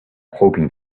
hoping